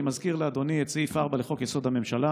אני מזכיר לאדוני את סעיף 4 לחוק-יסוד: הממשלה: